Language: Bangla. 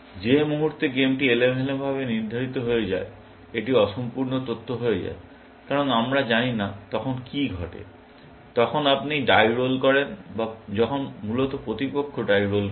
যে মুহুর্তে গেমটি এলোমেলোভাবে নির্ধারিত হয়ে যায় এটি অসম্পূর্ণ তথ্য হয়ে যায় কারণ আমরা জানি না তখন কী ঘটে যখন আপনি ডাই রোল করেন বা যখন মূলত প্রতিপক্ষ ডাই রোল করেন